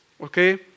Okay